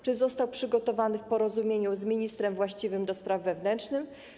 Czy został on przygotowany w porozumieniu z ministrem właściwym do spraw wewnętrznych?